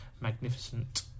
magnificent